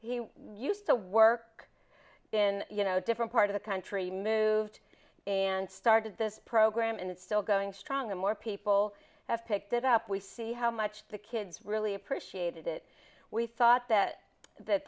he used to work in you know different part of the country moved and started this program and it's still going strong and more people have picked it up we see how much the kids really appreciated it we thought that that